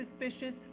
suspicious